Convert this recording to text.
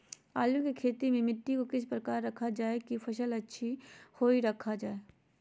आलू की खेती में मिट्टी को किस प्रकार रखा रखा जाए की फसल अच्छी होई रखा जाए?